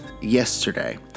yesterday